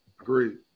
Agreed